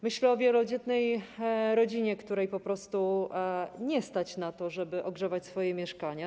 Myślę o wielodzietnej rodzinie, której po prostu nie stać na to, żeby ogrzewać swoje mieszkania.